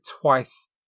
twice